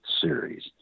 series